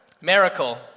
Miracle